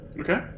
Okay